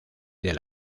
del